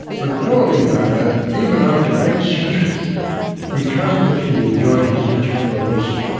but poor leonardo, even after eight centuries we can't let him enjoy his eternal rest.